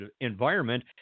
environment